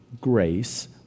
grace